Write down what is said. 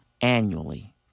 annually